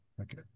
Okay